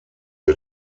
wir